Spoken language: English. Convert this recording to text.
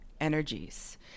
energies